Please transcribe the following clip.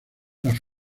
las